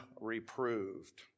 reproved